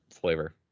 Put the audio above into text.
flavor